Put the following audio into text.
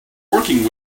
working